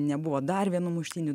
nebuvo dar vienų muštynių